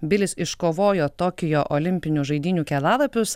bilis iškovojo tokijo olimpinių žaidynių kelialapius